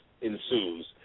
ensues